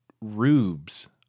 rubes